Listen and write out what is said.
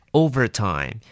overtime